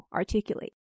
articulate